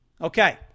Okay